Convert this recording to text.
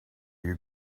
you